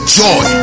joy